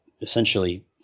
essentially